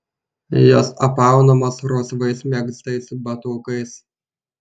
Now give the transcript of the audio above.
jos apaunamos rausvais megztais batukais